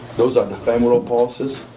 those are the femoral pulses,